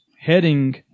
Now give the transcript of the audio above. heading